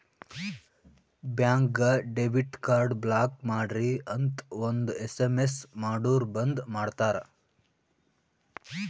ಬ್ಯಾಂಕ್ಗ debit card block ಮಾಡ್ರಿ ಅಂತ್ ಒಂದ್ ಎಸ್.ಎಮ್.ಎಸ್ ಮಾಡುರ್ ಬಂದ್ ಮಾಡ್ತಾರ